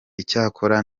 icyakora